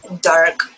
dark